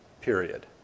period